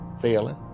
failing